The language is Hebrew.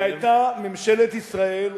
ממשלת ישראל,